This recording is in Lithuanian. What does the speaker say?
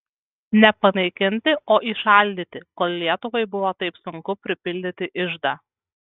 ne panaikinti o įšaldyti kol lietuvai buvo taip sunku pripildyti iždą